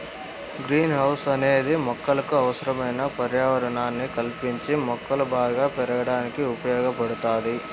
green house అనేది మొక్కలకు అవసరమైన పర్యావరణాన్ని కల్పించి మొక్కలు బాగా పెరగడానికి ఉపయోగ పడుతాది